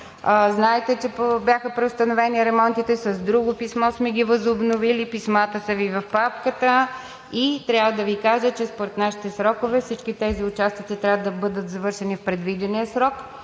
Знаете, че бяха преустановени ремонтите, с друго писмо сме ги възобновили. Писмата са Ви в папката. И трябва да Ви кажа, че според нашите срокове всички тези участъци трябва да бъдат завършени в предвидения срок,